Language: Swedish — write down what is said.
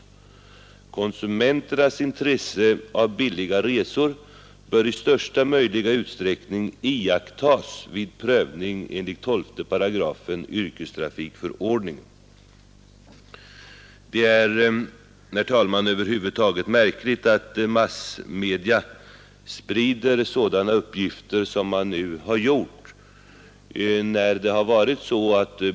Konsumenternas intresse av billiga resor bör i största möjliga utsträckning iakttas vid prövning enligt 12 § TEE Det är, herr talman, över huvud taget märkligt att massmedia sprider sådana uppgifter som de nu har gjort.